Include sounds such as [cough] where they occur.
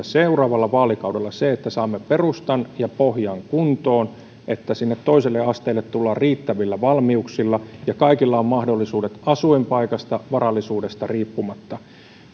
[unintelligible] seuraavalla vaalikaudella se että saamme perustan ja pohjan kuntoon niin että sinne seuraaville asteille tullaan riittävillä valmiuksilla ja kaikilla on mahdollisuudet asuinpaikasta varallisuudesta riippumatta